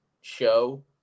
show